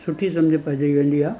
सुठी समुझ पेइजी वेंदी आहे